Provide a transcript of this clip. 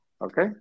okay